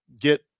get